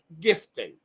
gifting